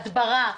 הדברה.